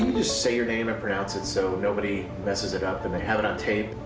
just say your name and pronounce it so nobody messes it up and they have it on tape?